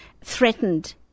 threatened